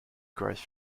growth